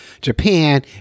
Japan